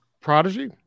Prodigy